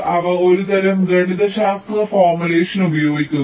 അവർ ഒരുതരം ഗണിതശാസ്ത്ര ഫോർമുലേഷൻ ഉപയോഗിക്കുന്നു